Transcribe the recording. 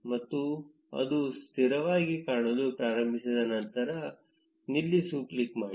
ಮತ್ತು ಅದು ಸ್ಥಿರವಾಗಿ ಕಾಣಲು ಪ್ರಾರಂಭಿಸಿದ ನಂತರ ನಿಲ್ಲಿಸು ಕ್ಲಿಕ್ ಮಾಡಿ